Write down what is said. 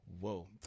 Whoa